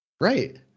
Right